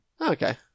okay